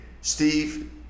Steve